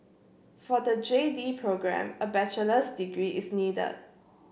for the J D programme a bachelor's degree is needed